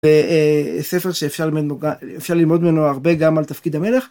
ספר שאפשר ללמוד ממנו הרבה גם על תפקיד המלך.